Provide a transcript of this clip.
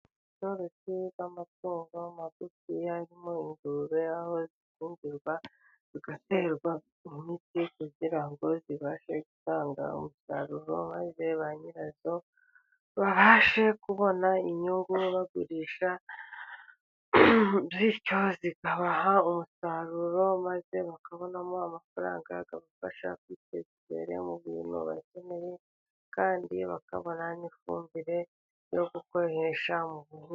Ubworozi bw'amatungo magufi, yarimo ingurube aho zibangurirwa zigaterwa imiti kugira ngo zibashe gutanga umusaruro, maze ba nyirazo babashe kubona inyungu bagurisha, bityo zikabaha umusaruro maze bakabonamo amafaranga akabafasha kwiteza imbere mu bintu bakeneye, kandi bakabona n'ifumbire no gukoresha mu buhinzi.